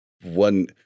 one